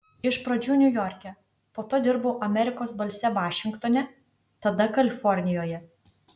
iš pradžių niujorke po to dirbau amerikos balse vašingtone tada kalifornijoje